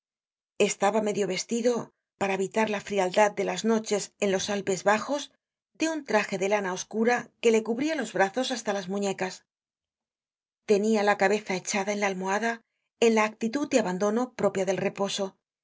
estaba medio vestido para evitar la frialdad de las noches en los alpes bajos de un traje de lana oscura que le cubria los brazos hasta las muñecas tenia la cabeza echada en la almohada en la actitud de abandono propia del reposo